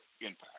impact